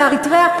באריתריאה.